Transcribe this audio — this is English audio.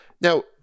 Now